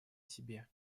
себе